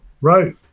Right